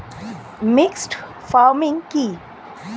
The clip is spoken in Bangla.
মিক্সড ফার্মিং কি?